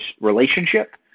relationship